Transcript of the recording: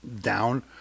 down